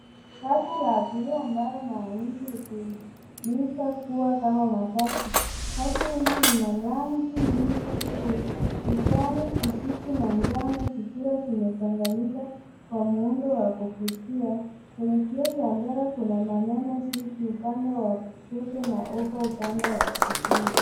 Basi la abiria ambalo mara nyingi hutumika kuwa kama matatu. Basi hili lina rangi mbili kuu, kijani kibichi na njano zikiwa zimetenganishwa kwa muundo wa kuvutia. Kwenye kioo cha mbele kuna maneno, seek, upande wa kushoto na hata upande wa kulia.